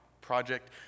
Project